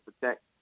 protect